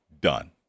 done